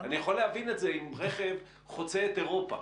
אני יכול להבין אם רכב חוצה את אירופה,